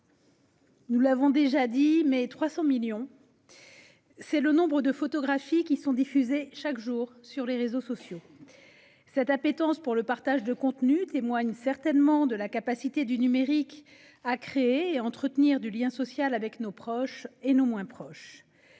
mes chers collègues, 300 millions, c'est le nombre de photographies qui sont diffusées chaque jour sur les réseaux sociaux. Cette appétence pour le partage de contenus témoigne certainement de la capacité du numérique à créer et entretenir du lien social avec nos proches et nos moins proches.